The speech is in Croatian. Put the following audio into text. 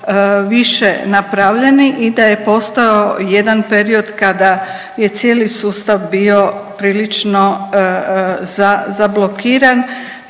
više napravljeni i da je postao jedan period kada je cijeli sustav bio prilično zablokiran